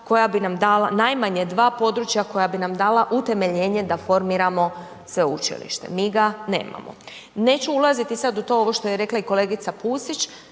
najmanje dva područja koja bi nam dala utemeljenje da formiramo sveučilište, mi ga nemamo. Neću ulaziti sad u to, ovo što je rekla i kolegica Pusić,